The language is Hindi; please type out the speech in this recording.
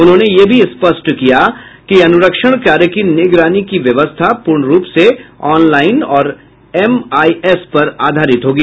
उन्होंने ये भी स्पष्ट किया कि अनुरक्षण कार्य के निगरानी की व्यवस्था पूर्ण रूप से ऑनलाइन और एमआईएस पर आधारित होगी